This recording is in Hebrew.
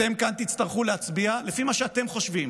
כאן אתם תצטרכו להצביע לפי מה שאתם חושבים,